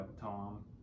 Tom